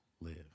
live